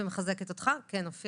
מכיוון שרוב התיקים בסוף -- מה זה אין?